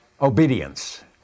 obedience